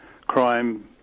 crime